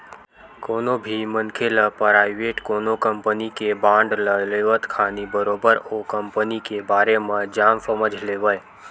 कोनो भी मनखे ल पराइवेट कोनो कंपनी के बांड ल लेवत खानी बरोबर ओ कंपनी के बारे म जान समझ लेवय